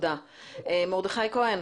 מרדכי כהן,